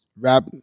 rap